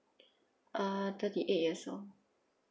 uh thirty eight years old